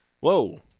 Whoa